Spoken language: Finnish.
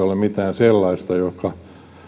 ole mitään sellaista joka